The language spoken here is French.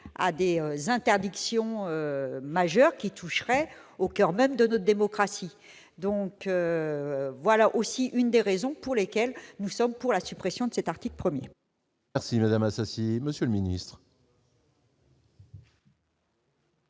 à des interdictions majeures qui toucherait au coeur même de notre démocratie, donc voilà aussi une des raisons pour lesquelles nous sommes pour la suppression de cet article 1er. Merci Madame assassiné, Monsieur le Ministre.